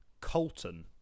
colton